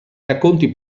racconti